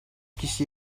kişi